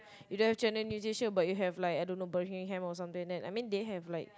you don't have Channel-News-Asia but you have like I don't know or something I mean they have like